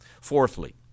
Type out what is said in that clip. Fourthly